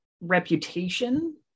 reputation